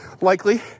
likely